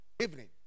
Evening